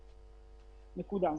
וכו',